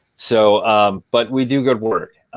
so but we do good work.